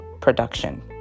production